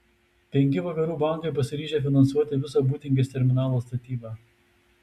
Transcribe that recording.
penki vakarų bankai pasiryžę finansuoti visą būtingės terminalo statybą